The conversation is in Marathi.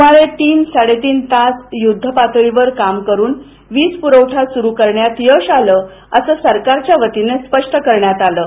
सुमारे तीन साडेतीन तास युद्धपातळीवर काम करून वीज पुरवठा सुरू करण्यात यश आलं असे सरकारच्या वतीने स्पष्ट करण्यात आलं आहे